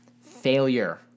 failure